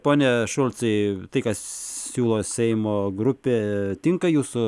pone šulcai tai ką siūlo seimo grupė tinka jūsų